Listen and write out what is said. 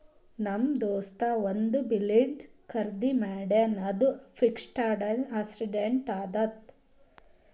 ನಮ್ ದೋಸ್ತ ಒಂದ್ ಬಿಲ್ಡಿಂಗ್ ಖರ್ದಿ ಮಾಡ್ಯಾನ್ ಅದು ಫಿಕ್ಸಡ್ ಅಸೆಟ್ ಆತ್ತುದ್